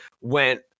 went